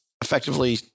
effectively